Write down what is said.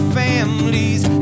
families